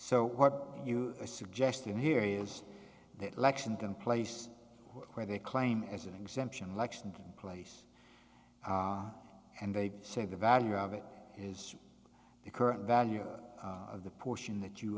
so what you are suggesting here is that lexington place where they claim as an exemption lexington place and they say the value of it is the current value of the portion that you